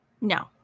No